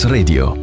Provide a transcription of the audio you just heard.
Radio